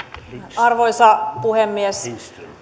arvoisa puhemies